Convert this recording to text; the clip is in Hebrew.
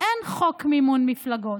אין חוק מימון מפלגות,